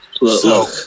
look